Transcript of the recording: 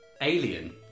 Alien